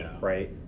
right